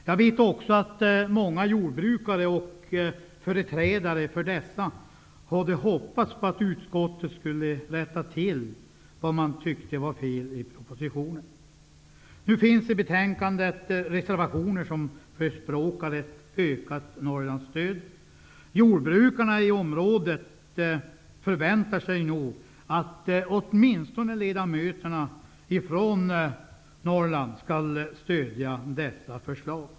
Jag vet också att många jodbrukare och företrädare för dessa hade hoppats på att utskottet skulle rätta till vad man tyckte var fel i propositionen. Nu finns i betänkandet reservationer där ett ökat Norrlandsstöd förespråkas. Jordbrukarna i området förväntar sig nog att åtminstone ledamöterna från Norrland skall stödja dessa förslag.